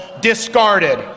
discarded